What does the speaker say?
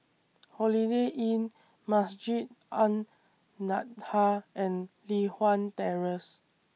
Holiday Inn Masjid An Nahdhah and Li Hwan Terrace